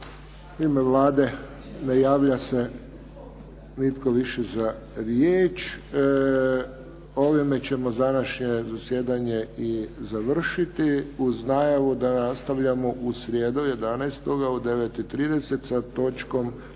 ime Vlade ne javlja nitko više za riječ. Ovime ćemo današnje zasjedanje i završiti uz najavu da nastavljamo u srijedu 11., u 9 i 30 sa točkom